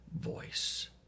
voice